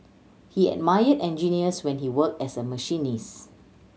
he admired engineers when he worked as a machinist